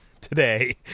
today